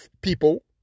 people